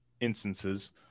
instances